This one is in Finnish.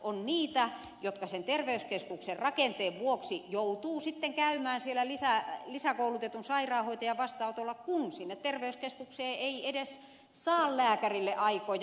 on niitä jotka sen terveyskeskuksen rakenteen vuoksi joutuvat sitten käymään siellä lisäkoulutetun sairaanhoitajan vastaanotolla kun sinne terveyskeskukseen ei edes saa lääkärille aikoja